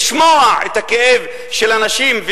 לשמוע את הכאב של הנשים,